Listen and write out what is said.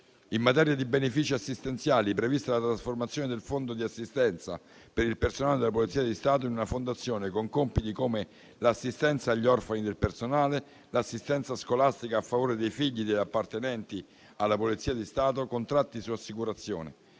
In materia di benefici assistenziali, è prevista la trasformazione del fondo di assistenza per il personale della Polizia di Stato in una fondazione con compiti come l'assistenza agli orfani del personale, l'assistenza scolastica a favore dei figli degli appartenenti alla Polizia di Stato, contratti su assicurazioni,